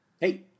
Hey